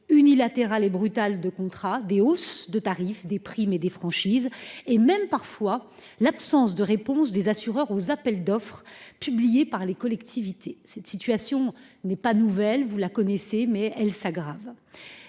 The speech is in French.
unilatérales et brutales de contrats, des hausses de tarifs, des primes et des franchises, voire l’absence de réponse des assureurs aux appels d’offres publiés par les collectivités. Cette situation n’est pas nouvelle, mais elle s’aggrave.